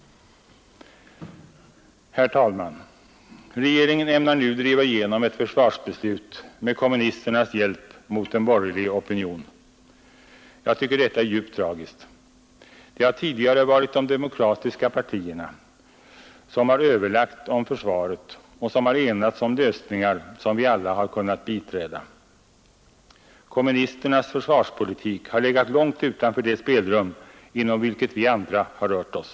Herr talman! Regeringen ämnar nu driva igenom ett försvarsbeslut med kommunisternas hjälp mot en borgerlig opinion. Jag tycker detta är djupt tragiskt. Det har tidigare varit de demokratiska partierna som har överlagt om försvaret och enats om lösningar, som vi alla har kunnat biträda. Kommunisternas försvarspolitik har legat långt utanför det spelrum inom vilket vi andra har rört oss.